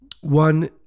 One